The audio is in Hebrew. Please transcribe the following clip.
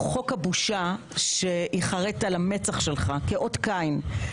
חוק הבושה שייחרט על המצח שלך כאות קין.